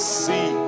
see